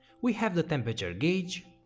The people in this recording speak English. we have the temperature gauge,